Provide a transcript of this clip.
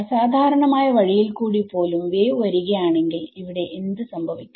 അസാധാരണമായ വഴിയിൽ കൂടി പോലും വേവ് വരികയാണെങ്കിൽ ഇവിടെ എന്ത് സംഭവിക്കും